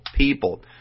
people